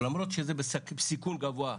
למרות שזה בסיכון גבוה,